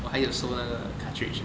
我还有收那个 cartridge eh